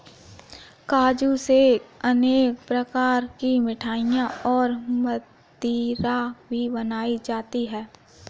काजू से अनेक प्रकार की मिठाईयाँ और मदिरा भी बनाई जाती है